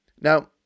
Now